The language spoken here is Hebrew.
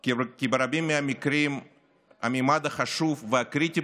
כי ברבים מהמקרים הממד החשוב והקריטי